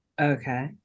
Okay